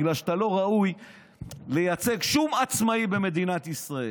בגלל שאתה לא ראוי לייצג שום עצמאי במדינת ישראל.